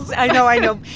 i know. i know.